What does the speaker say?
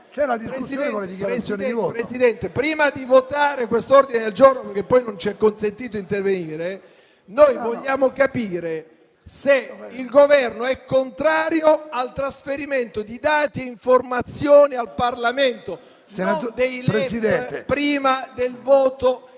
la sede. BOCCIA *(PD-IDP)*. Signor Presidente, prima di votare quest'ordine del giorno - perché non ci è consentito intervenire - noi vogliamo capire se il Governo è contrario al trasferimento di dati e informazioni al Parlamento, non dei LEP, prima del voto